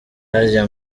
harya